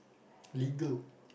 legal